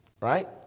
right